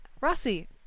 Rossi